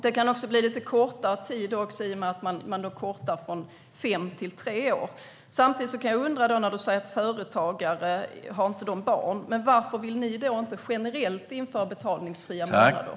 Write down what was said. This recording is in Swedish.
Det kan också bli lite kortare tid i och med sänkningen från fem till tre år. När Jessika Roswall frågar om inte företagare har barn undrar jag: Varför vill ni då inte införa betalningsfria månader generellt?